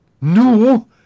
No